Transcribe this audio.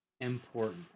important